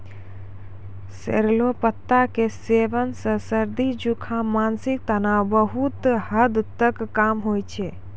sorrel पत्ता के सेवन सॅ सर्दी, जुकाम, मानसिक तनाव बहुत हद तक कम होय छै